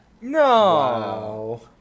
No